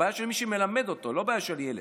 הבעיה היא של מי שמלמד אותו, לא בעיה של הילד,